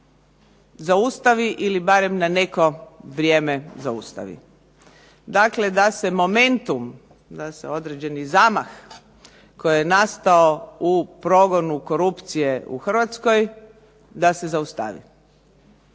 zaustavi ili barem na neko vrijeme zaustavi. Dakle, da se momentu, da se određeni zamah koji je nastao u progonu korupciju Hrvatskoj da se zaustavi.